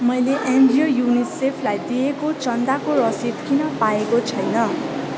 मैले एनजिओ युनिसेफलाई दिएको चन्दाको रसिद किन पाएको छैन